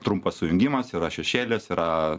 trumpas sujungimas yra šešėlis yra